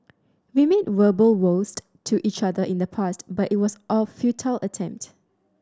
we made verbal vows to each other in the past but it was a futile attempt